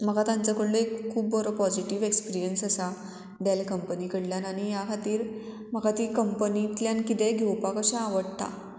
म्हाका तांचो कडलो एक खूब बरो पॉजिटीव एक्सपिरियन्स आसा डॅल कंपनी कडल्यान आनी ह्या खातीर म्हाका ती कंपनींतल्यान किदेंय घेवपाक अशें आवडटा